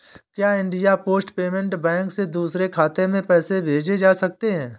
क्या India Post Payment Bank से दूसरे खाते में पैसे भेजे जा सकते हैं?